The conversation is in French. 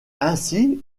ainsi